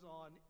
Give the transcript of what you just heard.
on